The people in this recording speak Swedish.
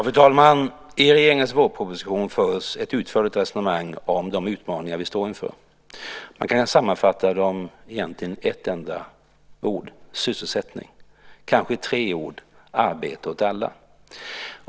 Fru talman! I regeringens vårproposition förs ett utförligt resonemang om de utmaningar vi står inför. Man kan egentligen sammanfatta dem i ett enda ord: sysselsättning, eller kanske i tre ord: arbete åt alla.